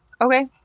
Okay